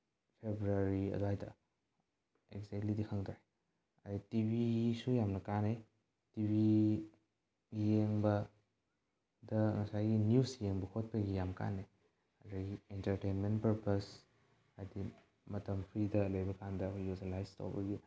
February ꯑꯗꯥꯏꯗ ꯑꯦꯛꯖꯦꯛꯂꯤꯗꯤ ꯈꯪꯗ꯭ꯔꯦ ꯑꯗꯒꯤ ꯇꯤ ꯚꯤꯁꯨ ꯌꯥꯝꯅ ꯀꯥꯟꯅꯩ ꯇꯤ ꯚꯤ ꯌꯦꯡꯕꯗ ꯉꯁꯥꯏꯒꯤ ꯅ꯭ꯌꯨꯁ ꯌꯦꯡꯕ ꯈꯣꯠꯄꯒꯤ ꯌꯥꯝ ꯀꯥꯟꯅꯩ ꯑꯩꯈꯣꯏ ꯏꯟꯇ꯭ꯔꯇꯦꯟꯃꯦꯟ ꯄꯔꯄꯁ ꯍꯥꯏꯗꯤ ꯃꯇꯝ ꯐ꯭ꯔꯤꯗ ꯂꯩꯕ ꯀꯥꯟꯗ ꯌꯨꯇꯤꯂꯥꯏꯖ ꯇꯧꯕꯒꯤ